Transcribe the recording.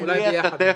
אולי ביחד נטפל.